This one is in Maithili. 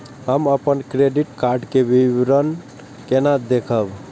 हम अपन क्रेडिट कार्ड के विवरण केना देखब?